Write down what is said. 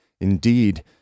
Indeed